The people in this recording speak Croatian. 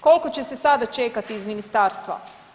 Koliko će se sada čekati iz ministarstva?